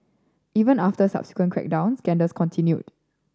even after a subsequent crackdown scandals continued